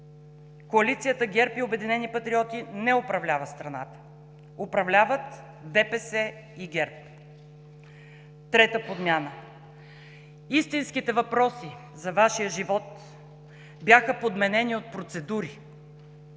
Коалицията ГЕРБ и „Обединени патриоти“ не управлява страната, управляват ДПС и ГЕРБ. Третата подмяна – истинските въпроси за Вашия живот бяха подменени от процедури.